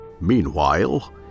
Meanwhile